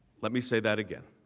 let me say that again.